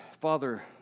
Father